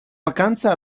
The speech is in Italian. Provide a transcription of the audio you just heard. vacanza